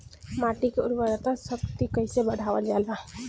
माटी के उर्वता शक्ति कइसे बढ़ावल जाला?